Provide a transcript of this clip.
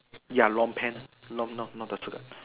ya long pant not not not the to the